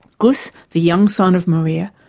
gus the young son of maria.